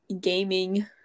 gaming